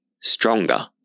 stronger